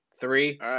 Three